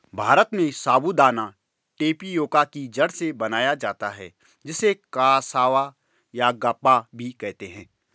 भारत में साबूदाना टेपियोका की जड़ से बनाया जाता है जिसे कसावा यागप्पा भी कहते हैं